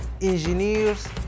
engineers